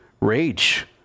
rage